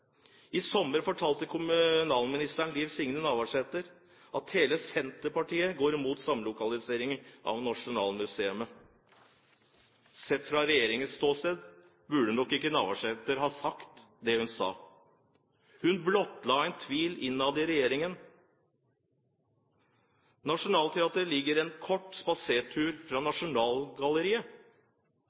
I sommer fortalte kommunalminister Liv Signe Navarsete at hele Senterpartiet går imot samlokalisering av Nasjonalmuseet. Sett fra regjeringens ståsted burde nok ikke Navarsete ha sagt det hun sa. Hun blottla en tvil innad i regjeringen. Nationaltheatret ligger en kort spasertur fra Nasjonalgalleriet.